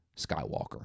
Skywalker